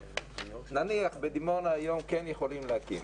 נניח בדימונה היום כן יכולים להקים,